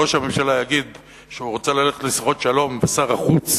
ראש הממשלה יגיד שהוא רוצה ללכת לשיחות שלום שר החוץ